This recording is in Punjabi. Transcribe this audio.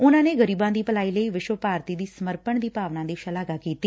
ਉਨਾਂ ਨੇ ਗਰੀਬਾਂ ਦੀ ਭਲਾਈ ਲਈ ਵਿਸ਼ਵ ਭਾਰਤੀ ਦੀ ਸਮਰਪਣ ਭਾਵਨਾ ਦੀ ਸ਼ਲਾਘਾ ਕੀਤੀ